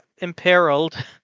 Imperiled